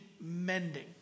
mending